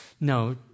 No